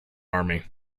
army